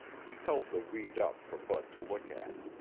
he held the weed up for bud to look at.